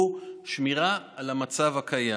מציעים הוא שמירה על המצב הקיים.